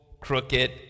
crooked